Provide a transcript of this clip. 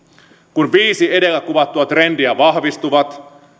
kun viisi edellä kuvattua trendiä vahvistuvat